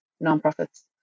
non-profits